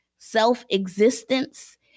self-existence